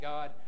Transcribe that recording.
God